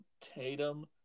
Tatum